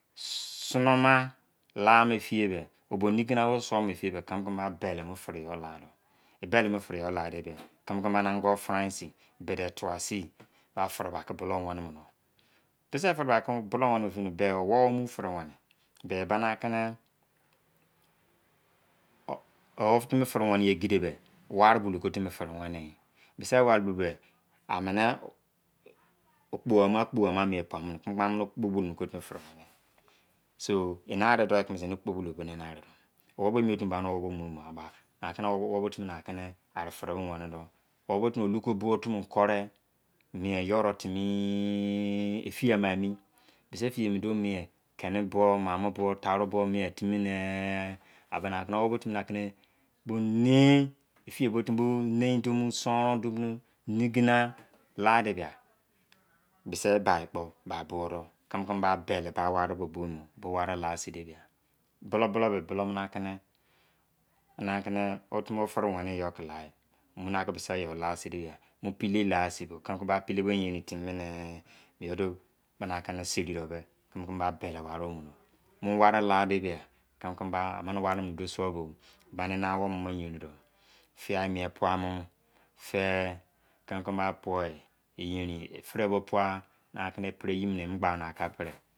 Sonama laa mo efiye be, obo nigina o suo mo efiye be, kimi-kimi, ba beli mu firi yo̱ la do. E beli mu firi yoo la de bia, kimi-kimi mini ango frain sin. Bide tua sin ba firi be aki bulou weni mo no. Bisi firi aki bulou weni me sin. Be owou o mu firi weni. Be bana kini o wo timi firi weni yi egede be, wari-bulou ko timi firi weni yi. Bisi wari-bulou be, anini opko ama-okpo ama kein puamo kimi-kimi okpo bolou mo ko firi weni yi. So, enari dou yi kimiise, eni okpo otu mini ba ani owou bo o muu bo, a ba kini owu bo o timi akini ari firi. Bo weni do, owoubo timi oloko-buo otu kore. Mien yorei timni, efiye ama emi. Bisi efiye be duo mien. Kieni buo. Maamo buo. Taaro buo mien timi ne, a bani akin o wou bo timi bo nein, efiye bo timi bo sonron duo mu nigina la de bia, bisi bai kpo ba buo do. Kimi-kimi ba beli ba wari ko bo nimi. Bo wari la sin de bia. Bulou-bulou be, bulou mu na kini, muna kini wo timi wo firi weni yi yo ki la emi. Muna kini bisi yo la sin de bia, mu pelei la sin bo. Kini-kimi ba pelei be yerin timi ne, biyo duo, mina kina seri do be, kimi-kimi ba beli wari o mu. Mu wari, la de bia, kimi-kimi ba amini wari duo suo bo, bani eni awou mini yerin do. Fiyai mien puamo, fi. Kimi-kimi ba powei, eyerin. E firi yo duo pua eyi bo, i ba mo gbaa ki a pri de.